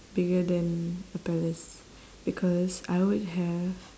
bigger than a palace because I would have